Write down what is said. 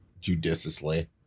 judiciously